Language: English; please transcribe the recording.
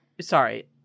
Sorry